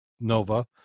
Nova